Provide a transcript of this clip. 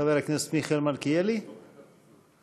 חבר הכנסת מיכאל מלכיאלי, איננו,